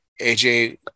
aj